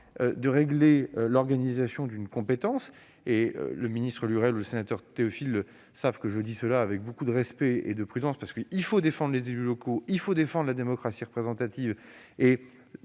les problèmes d'organisation d'une compétence- le ministre Lurel et le sénateur Théophile savent que je dis cela avec beaucoup de respect et de prudence, car il faut défendre les élus locaux et la démocratie représentative.